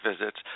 visits